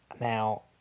Now